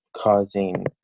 causing